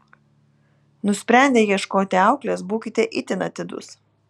nusprendę ieškoti auklės būkite itin atidūs